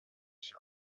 she